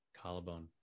Collarbone